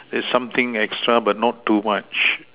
that's something extra but not too much